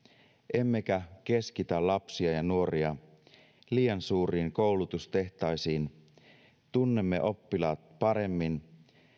emmekä keskitä lapsia ja nuoria liian suuriin koulutustehtaisiin tunnemme oppilaat paremmin